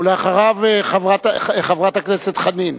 אחריו, חברת הכנסת חנין.